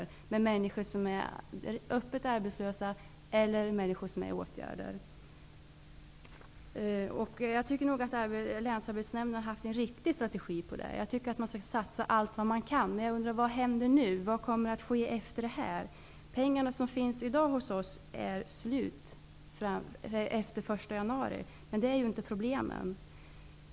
Så många människor är öppet arbetslösa eller i åtgärder. Jag tycker att Länsarbetsnämnden i Gävleborgs län har haft en riktig strategi. Man skall satsa allt man kan, men jag undrar vad som händer nu. Vad kommer att ske efter det här? De pengar som finns hos oss är slut efter den 1 januari, men problemen är inte slut.